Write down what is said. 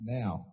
now